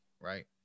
right